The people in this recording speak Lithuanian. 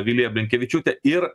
vilija blinkevičiūtė ir